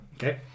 Okay